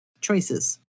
Choices